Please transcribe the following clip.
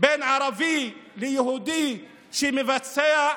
בין ערבי ליהודי שמבצע,